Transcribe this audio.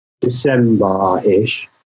December-ish